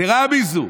יתרה מזו,